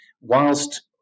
whilst